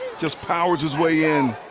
just powers his way in.